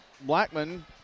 Blackman